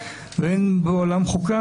ואין בעולם חוקה,